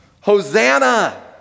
Hosanna